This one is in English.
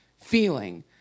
feeling